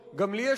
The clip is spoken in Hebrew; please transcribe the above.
אפשר לשנות בו.